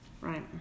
Right